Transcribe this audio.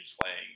playing